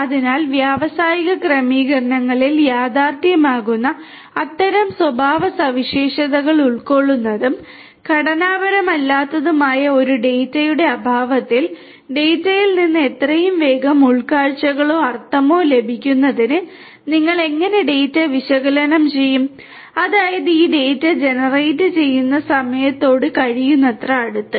അതിനാൽ വ്യാവസായിക ക്രമീകരണങ്ങളിൽ യാഥാർത്ഥ്യമാകുന്ന അത്തരം സ്വഭാവസവിശേഷതകൾ ഉൾക്കൊള്ളുന്നതും ഘടനാപരമല്ലാത്തതുമായ ഒരു ഡാറ്റയുടെ അഭാവത്തിൽ ഡാറ്റയിൽ നിന്ന് എത്രയും വേഗം ഉൾക്കാഴ്ചകളോ അർത്ഥമോ ലഭിക്കുന്നതിന് നിങ്ങൾ എങ്ങനെ ഡാറ്റ വിശകലനം ചെയ്യും അതായത് ഈ ഡാറ്റ ജനറേറ്റ് ചെയ്യുന്ന സമയത്തോട് കഴിയുന്നത്ര അടുത്ത്